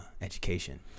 education